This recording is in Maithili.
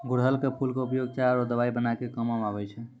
गुड़हल के फूल के उपयोग चाय आरो दवाई बनाय के कामों म आबै छै